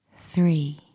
Three